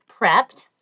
prepped